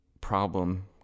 problem